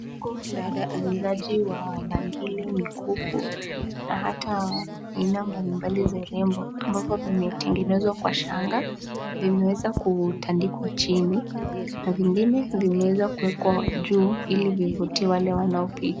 Kundi la wauzaji wa bangili, mikufu na hata aina mbali mbali za urembo ambazo zimetengenezwa kwa shanga zimeweza kutandikwa chini na vingine vimeweza kuwekwa juu ili kuvutia wanao pita.